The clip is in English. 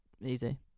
easy